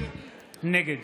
נגד